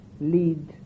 lead